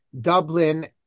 Dublin